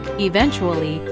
eventually,